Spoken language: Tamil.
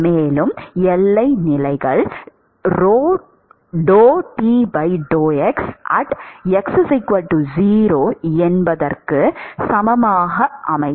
மேலும் எல்லை நிலைகள் என்பது 0 க்கு சமம்